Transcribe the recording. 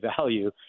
value